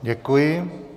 Děkuji.